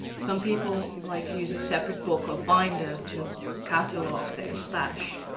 some people like to use a separate book or binder to catalog their stash.